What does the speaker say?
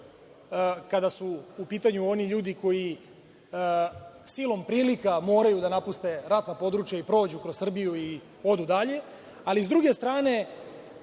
kada su u pitanju oni ljudi koji silom prilika moraju da napuste ratno područje i prođu kroz Srbiju i odu dalje, ali s druge strane